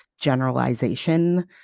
generalization